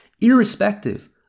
irrespective